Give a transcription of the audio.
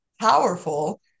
powerful